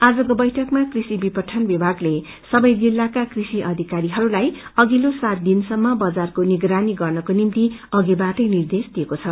आजको बैङ्कमा कृषि विपठपान विभागले सबै जिल्लाका कृषि अधिकारीहरूलाई अधिल्लो सात दिनसम्म बजारको निगरानी गर्नको निभ्ति अधिकाटै निर्देश दिएको छ